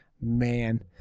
man